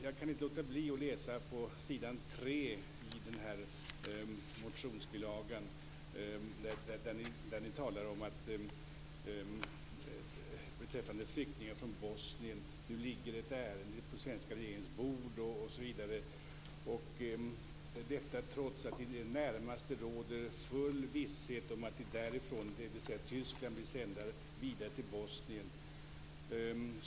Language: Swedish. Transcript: Jag kan inte låta bli att läsa på s. 3 i motionsbilagan. Ni skriver beträffande flyktingar från Bosnien att ärenden nu ligger på den svenska regeringens bord, osv. och detta trots att det i det närmaste råder full säkerhet om att de därifrån, dvs. Tyskland, skickas vidare till Bosnien.